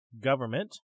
government